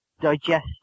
digest